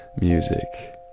music